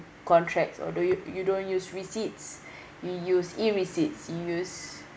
contracts or do you you don't use receipts you use e-receipts you use